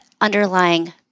underlying